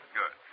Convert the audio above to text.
good